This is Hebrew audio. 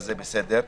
וזה בסדר מבחינתי.